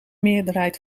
meerderheid